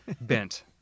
bent